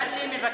מגלי מבקש,